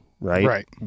right